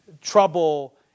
trouble